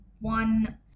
one